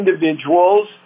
individuals